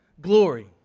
glory